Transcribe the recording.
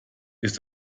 ist